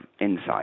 insight